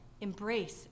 embrace